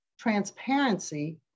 transparency